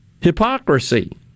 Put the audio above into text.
hypocrisy